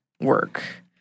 work